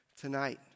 tonight